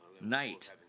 night